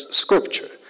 scripture